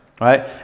right